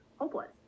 hopeless